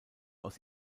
aus